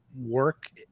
work